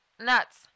Nuts